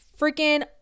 freaking